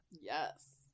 Yes